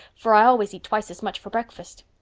for i always eat twice as much for breakfast.